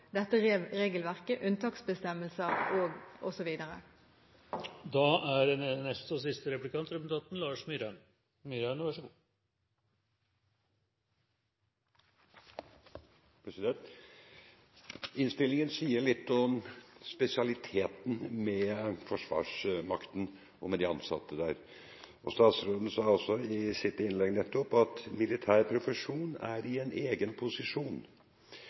dette regelverket, unntaksbestemmelser osv. Innstillingen sier litt om spesialiteten ved forsvarsmakten og de ansatte der, og statsråden sa også i sitt innlegg nettopp at militær profesjon er i en egen posisjon.